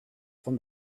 from